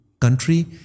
country